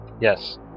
Yes